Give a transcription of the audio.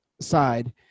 side